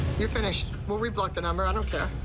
you're finished. we'll re-block the number. i don't